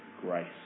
grace